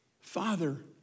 Father